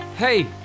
Hey